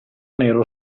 nero